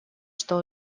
что